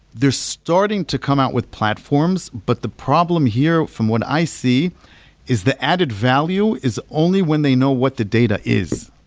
they're starting to come out with platforms, but the problem here from what i see is the added value is only when they know what the data is.